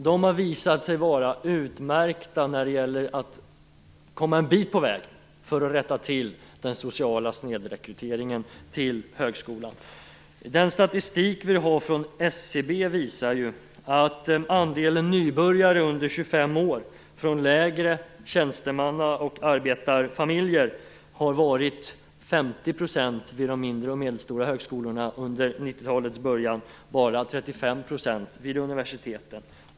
De har visat sig vara utmärkta när det gäller att komma en bit på väg för att rätta till den sociala snedrekryteringen till högskolan. Den statistik som vi har från SCB visar ju att andelen nybörjare under 25 år från lägre tjänstemannaoch arbetarfamiljer har varit 50 % vid de mindre och medelstora högskolorna under 90-talets början men bara 35 % vid universiteten.